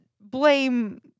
Blame